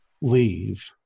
leave